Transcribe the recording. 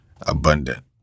abundant